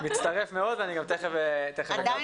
מצטרף מאוד, ואני גם תיכף אתייחס.